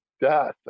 death